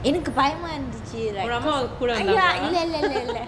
என்னக்கு பயமா இருந்துச்சி இல்ல இல்ல இல்ல இல்ல இல்ல:ennaku bayama irunthuchi illa illa illa illa illa